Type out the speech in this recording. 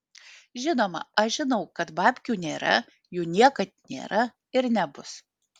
žinoma aš žinau kad babkių nėra jų niekad nėra ir nebus